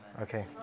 Okay